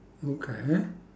okay